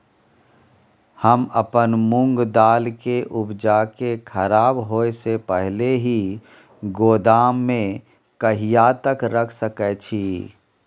हम अपन मूंग के उपजा के खराब होय से पहिले ही गोदाम में कहिया तक रख सके छी?